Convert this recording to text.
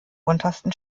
untersten